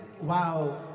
Wow